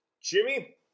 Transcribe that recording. Jimmy